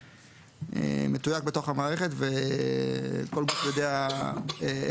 הכול מתויק בתוך המערכת וכל גוף יודע איך